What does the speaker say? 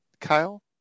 Kyle